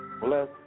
bless